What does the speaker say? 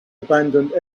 abandoned